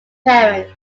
parents